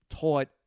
taught